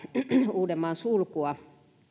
uudenmaan sulkua